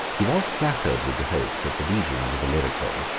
he was flattered with the hope that the legions of illyricum,